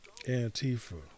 Antifa